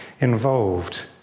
involved